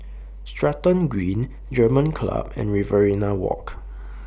Stratton Green German Club and Riverina Walk